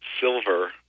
silver